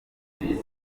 ndetse